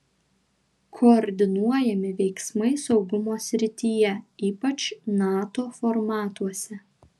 koordinuojami veiksmai saugumo srityje ypač nato formatuose